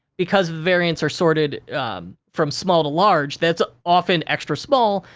because variants are sorted from small to large, that's often extra small,